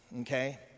Okay